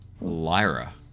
Lyra